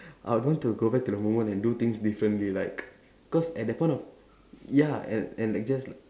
I want to go back to that moment and do things differently like cause at that point of ya and and like just like